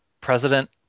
President